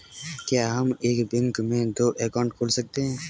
क्या हम एक बैंक में दो अकाउंट खोल सकते हैं?